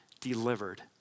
delivered